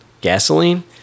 gasoline